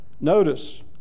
Notice